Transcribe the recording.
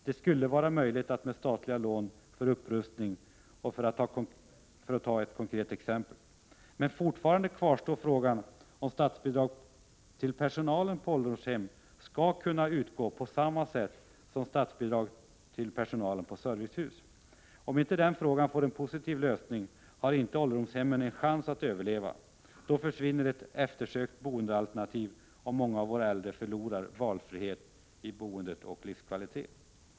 Det skulle vara möjligt att införa statliga lån för upprustning — för att ta ett konkret exempel. Men fortfarande kvarstår frågan om statsbidrag till personalen på ålderdomshem skall kunna utgå på samma sätt som statsbidrag till personalen på servicehus. Om inte den frågan får en positiv lösning har inte ålderdomshemmen en chans att överleva. Då försvinner ett eftersökt boendealternativ och många av våra äldre förlorar i valfrihet vad gäller boende och livskvalitet.